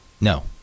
no